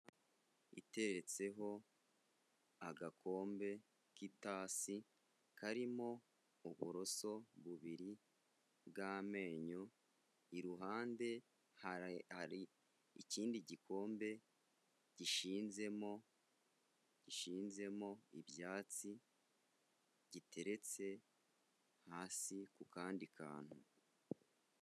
Iteretseho agakombe k'itasi, karimo uburoso bubiri bw'amenyo, iruhande hari ikindi gikombe gishinzemo ibyatsi giteretse hasi ku kandi kantu.